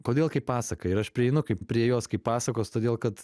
kodėl kaip pasaką ir aš prieinu kaip prie jos kaip pasakos todėl kad